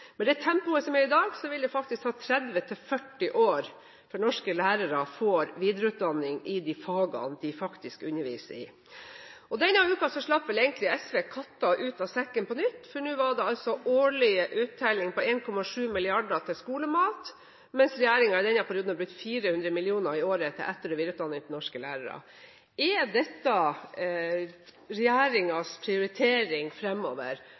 Med det tempoet som er i dag, ville det ta 30–40 år før norske lærere får videreutdanning i de fagene de faktisk underviser i. Denne uken slapp vel egentlig SV katta ut av sekken på nytt, for nå kom det en årlig uttelling på 1,7 mrd. kr til skolemat, mens regjeringen i denne perioden har brukt 400 mill. kr i året på etter- og videreutdanning av norske lærere. Er dette regjeringens prioritering fremover,